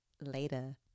Later